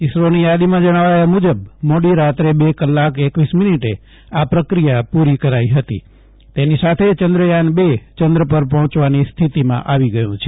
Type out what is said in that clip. ઈસરોની યાદીમાં જણાવાયા મુજબ મોડી રાત્રે બે કલાક એકવીસ મીનીટે આ પ્રક્રિયા પુરી કરાઈ હતી તેની સાથે ચંદ્રયાન ર ચંદ્ર પર પહોંચવાની સ્થિતિમાં આવી ગયું છે